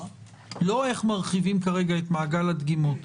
לא איך מרחיבים כרגע את מעגל הדגימות.